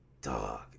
dog